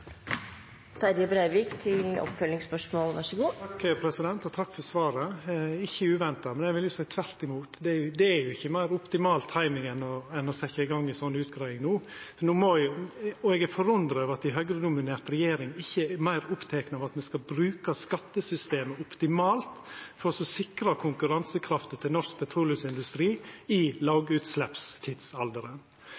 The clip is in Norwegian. Takk for svaret – det er ikkje uventa. Men eg vil jo seia tvert imot, det er ikkje meir optimal timing enn å setja i gang ei sånn utgreiing no. Eg er forundra over at ei Høgre-dominert regjering ikkje er meir oppteken av at me skal bruka skattesystemet optimalt for å sikra konkurransekrafta til norsk petroleumsindustri i